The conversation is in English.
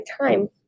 time